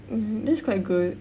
mmhmm that's quite good